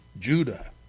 Judah